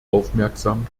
aufmerksam